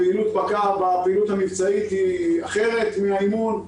הפעילות המבצעית היא אחרת מהאימון,